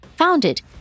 founded